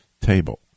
table